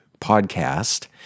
podcast